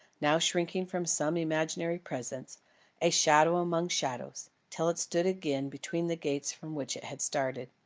now shrinking from some imaginary presence a shadow among shadows till it stood again between the gates from which it had started.